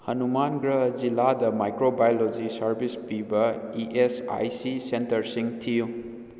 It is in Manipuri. ꯍꯅꯨꯃꯥꯟꯒ꯭ꯔ ꯖꯤꯂꯥꯗ ꯃꯥꯏꯀ꯭ꯔꯣꯕꯥꯏꯌꯣꯂꯣꯖꯤ ꯁꯥꯔꯚꯤꯁ ꯄꯤꯕ ꯏ ꯑꯦꯁ ꯑꯥꯏ ꯁꯤ ꯁꯦꯟꯇꯔꯁꯤꯡ ꯊꯤꯌꯨ